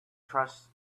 trust